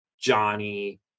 Johnny